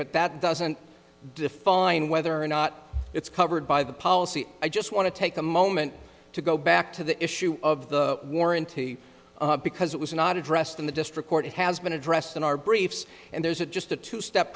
but that doesn't define whether or not it's covered by the policy i just want to take a moment to go back to the issue of the warranty because it was not addressed in the district court has been addressed in our briefs and there's a just a two step